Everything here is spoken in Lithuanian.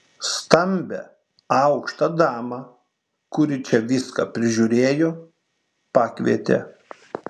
stambią aukštą damą kuri čia viską prižiūrėjo pakvietė